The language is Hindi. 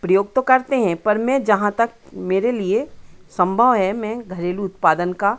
प्रयोग तो करते हैं पर मे जहाँ तक मेरे लिए संभव है मे घरेलू उत्पादन का